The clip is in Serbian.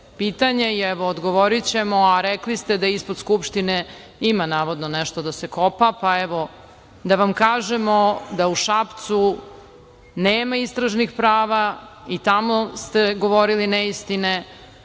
pitanje, evo i odgovorićemo, a rekli ste da ispod Skupštine ima navodno nešto da se kopa, pa evo da vam kažemo da u Šapcu nema istražnih prava i tamo ste govorili neistine. Takođe,